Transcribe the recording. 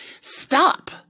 stop